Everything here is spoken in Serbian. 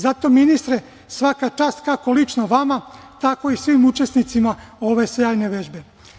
Zato ministre, svaka čast kako lično vama, tako i svim učesnicima ove sjajne vežbe.